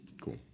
Cool